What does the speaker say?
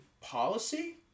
policy